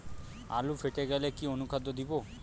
আলু ফেটে গেলে কি অনুখাদ্য দেবো?